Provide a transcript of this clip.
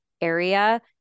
area